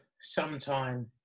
sometime